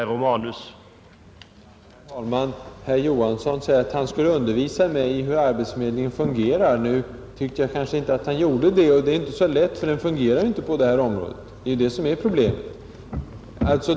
Herr talman! Herr Johansson i Simrishamn sade att han skulle undervisa mig i hur den offentliga arbetsförmedlingen fungerar. Nu tycker jag kanske inte att han gjorde det. Det är inte heller så lätt, eftersom den inte fungerar på detta område — och det är det som är problemet.